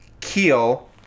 Keel